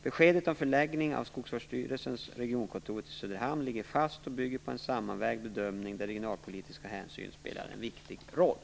Beskedet om förläggning av Skogsvårdsstyrelsens regionkontor till Söderhamn ligger fast och bygger på en sammanvägd bedömning, där regionalpolitiska hänsyn spelat en viktig roll.